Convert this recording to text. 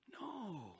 no